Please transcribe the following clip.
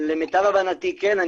למיטב הבנתי כן.